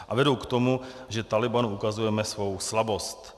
A vedou k tomu, že Tálibánu ukazujeme svou slabost.